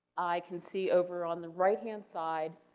i can see over on the right hand side,